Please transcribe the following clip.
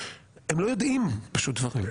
הם לא יודעים דברים.